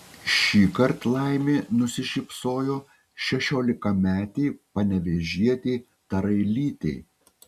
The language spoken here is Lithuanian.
šįkart laimė nusišypsojo šešiolikametei panevėžietei tarailytei